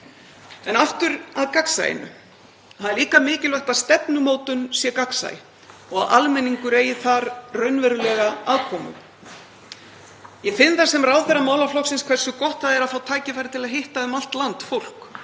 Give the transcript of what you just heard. En aftur að gagnsæinu. Það er líka mikilvægt að stefnumótun sé gagnsæ og að almenningur eigi þar raunverulega aðkomu. Ég finn það sem ráðherra málaflokksins hversu gott það er að fá tækifæri til að hitta um allt land fólk